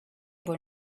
were